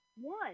one